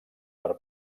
per